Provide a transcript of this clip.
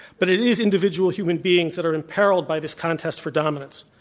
but it is individual human beings that are imperiled by this contest for dominance.